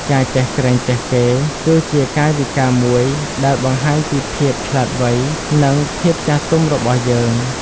ការចេះក្រែងចេះគេ គឺជាកាយវិការមួយដែលបង្ហាញពីភាពឆ្លាតវៃ និងភាពចាស់ទុំរបស់យើង។